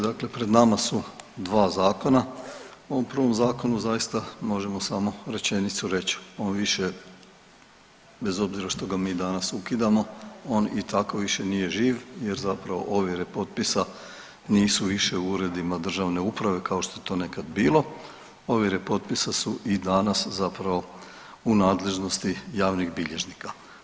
Dakle, pred nama su dva zakona, u ovom prvom zakonu zaista možemo samo rečenicu reć, on više bez obzira što ga mi danas ukidamo on i tako više nije živ jer zapravo ovjere potpisa nisu više u uredima državne uprave kao što je to nekad bilo, ovjere potpisa su i danas zapravo u nadležnosti javnih bilježnika.